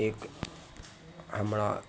एक हमरा